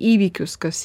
įvykius kas